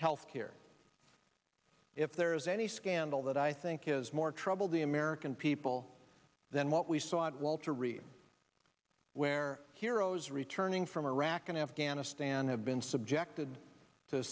health care if there is any scandal that i think is more trouble the american people than what we saw at walter reed where heroes returning from iraq and afghanistan have been subjected to